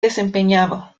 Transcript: desempeñado